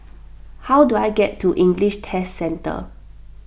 how do I get to English Test Centre